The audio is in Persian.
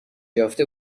یافته